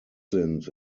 sind